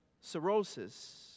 cirrhosis